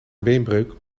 beenbreuk